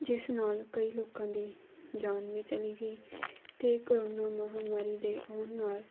ਜਿਸ ਨਾਲ ਕਈ ਲੋਕਾਂ ਦੀ ਜਾਨ ਵੀ ਚਲੀ ਗਈ ਅਤੇ ਕਰੋਨਾ ਮਹਾਂ ਮਾਰੀ ਦੇ ਆਉਣ ਨਾਲ